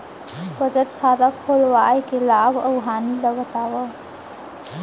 बचत खाता खोलवाय के लाभ अऊ हानि ला बतावव?